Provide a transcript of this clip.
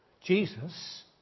Jesus